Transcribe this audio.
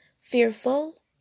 fearful